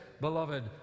beloved